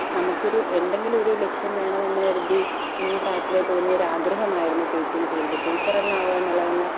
നമ്മുക്കൊരു എന്തെങ്കിലും ഒരു ലക്ഷ്യം വേണം എന്ന് കരുതി കുഞ്ഞു പ്രായത്തിലെ തോന്നിയ ഒരു ആഗ്രഹമായിരുന്നു ടീച്ചിങ്ങ് ഫീൽഡ് ടീച്ചറെന്നെ ആവാന്നുള്ളത്